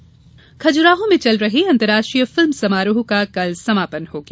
film महोत्सव खज़्राहों में चल रहे अंतर्राष्ट्रीय फिल्म समारोह का कल समापन हो गया